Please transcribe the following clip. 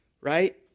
Right